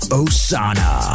osana